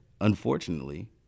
unfortunately